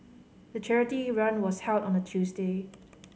the charity run was held on a Tuesday